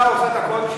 הממשלה עושה את הכול?